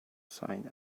sign